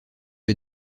est